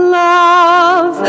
love